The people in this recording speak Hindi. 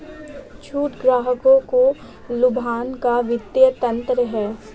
छूट ग्राहकों को लुभाने का वित्तीय तंत्र है